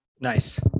Nice